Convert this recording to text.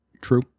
True